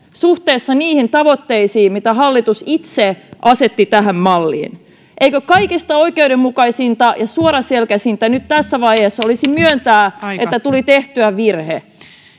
suhteessa niihin tavoitteisiin mitä hallitus itse asetti tähän malliin eikö kaikista oikeudenmukaisinta ja suoraselkäisintä nyt tässä vaiheessa olisi myöntää että tuli tehtyä virhe